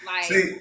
See